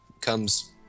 comes